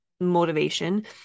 motivation